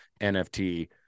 NFT